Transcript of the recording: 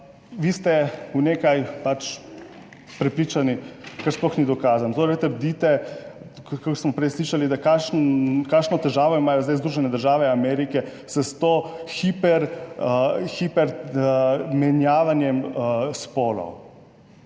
Vi ste v nekaj pač prepričani, kar sploh ni dokazano. Torej trdite, kot smo prej slišali, kakšno težavo imajo zdaj Združene države Amerike s tem hipermenjavanjem spolov.